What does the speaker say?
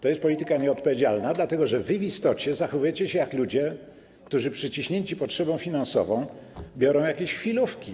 To jest polityka nieodpowiedzialna, dlatego że w istocie zachowujecie się jak ludzie, którzy przyciśnięci potrzebą finansową biorą jakieś chwilówki.